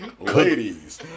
Ladies